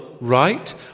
right